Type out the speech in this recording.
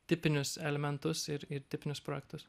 tipinius elementus ir ir tipinius projektus